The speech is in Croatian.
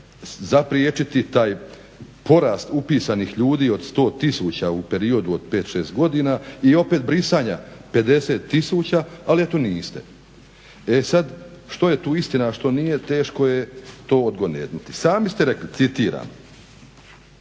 zapriječiti taj porast upisanih ljudi od 100 tisuća u periodu od 5, 6 godina i opet brisanja 50 tisuća ali eto niste. E sada što je tu istina a što nije teško je to odgonetnuti. Sami ste rekli citiram